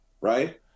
right